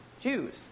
Jews